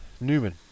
Newman